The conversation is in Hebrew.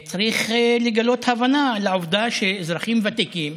צריך לגלות הבנה לעובדה שאזרחים ותיקים,